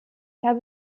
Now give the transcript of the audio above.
habe